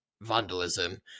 vandalism